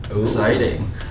Exciting